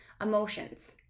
emotions